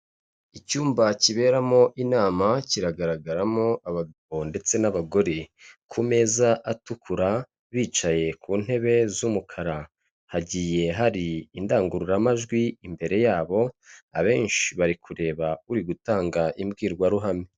Icyumba kiberamo inama kiragaragaramo abagabo ndetse n'abagore, ku meza atukura bicaye ku ntebe z'umukara, hagiye hari indangururamajwi imbere yabo, abenshi bari kureba uri gutanga imbwirwaruhame.